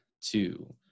two